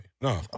No